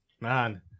Man